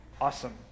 Awesome